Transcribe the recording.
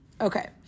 okay